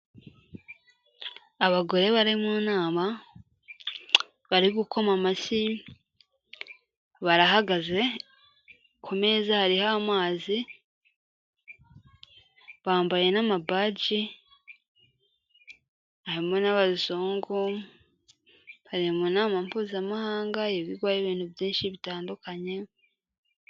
Abagore bari mu nama, bari gukoma amashyi, barahagaze, ku meza hariho amazi, bambaye n'amabaji. Harimo n'abazungu, bari mu nama mpuzamahanga ivugwaho ibintu byinshi bitandukanye.